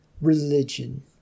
religion